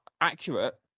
accurate